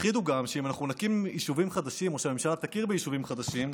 הפחידו גם שאם אנחנו נקים יישובים חדשים או הממשלה תכיר ביישובים חדשים,